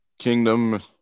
Kingdom